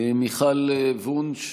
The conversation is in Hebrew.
מיכל וונש,